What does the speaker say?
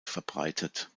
verbreitet